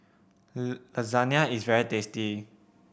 lasagne is very tasty